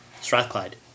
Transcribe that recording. Strathclyde